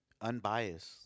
unbiased